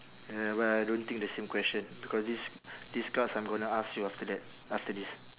ya but I don't think the same question because these these cards I'm gonna ask you after that after this